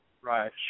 Right